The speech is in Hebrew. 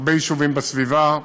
הרבה יישובים בסביבה,